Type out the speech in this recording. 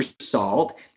salt